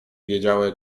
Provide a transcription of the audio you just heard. wiedziały